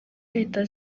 leta